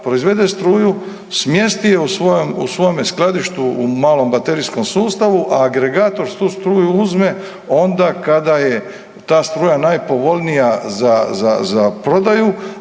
proizvede struju, smjesti ju u svome skladištu u malom baterijskom sustavu. A agregator tu struju uzme onda kada je ta struja najpovoljnija za prodaju,